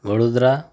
Vadodara